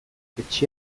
etxe